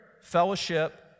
fellowship